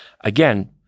Again